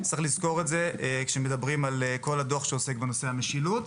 צריך לזכור את זה כשמדברים על כל הדוח שעוסק בנושא המשילות.